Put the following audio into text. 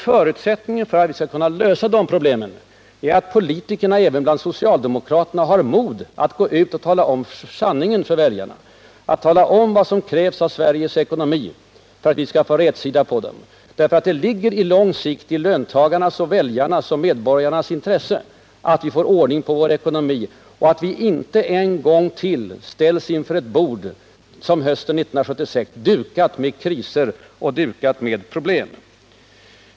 Förutsättningen för att vi skall kunna lösa de problemen är att politikerna, även socialdemokraterna, har mod att gå ut och tala om sanningen för väljarna, tala om vad som krävs av Sveriges ekonomi för att vi skall kunna få någon rätsida på den, därför att det på lång sikt ligger i löntagarnas, väljarnas och medborgarnas intresse att vi får ordning på vår ekonomi, så att vi inte en gång till ställs inför ett sådant bord som på hösten 1976: dukat med kriser och problem.